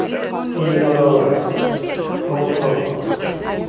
Bangalore Hong Kong